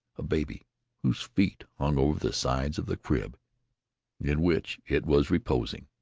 a baby whose feet hung over the sides of the crib in which it was reposing.